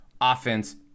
offense